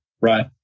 Right